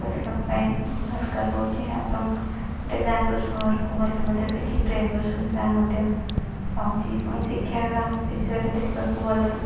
ଚାଲିବା ପାଇଁ ଦରକାର ହେଉଛି ଏବଂ ଗୋଟିଏ ଗାଁରୁ ସହରକୁ ଗଲେ ମଧ୍ୟ କିଛି ଟ୍ରେନର ସୁବିଧା ମଧ୍ୟ ହେଉଛି ଏବଂ ଶିକ୍ଷା ବିଷୟରେ ଦେଖିବାକୁ ଗଲେ